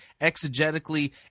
exegetically